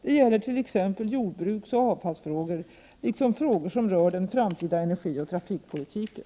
Det gäller t.ex. jordbruksoch avfallsfrågor liksom frågor som rör den framtida energioch trafikpolitiken.